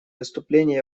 выступлении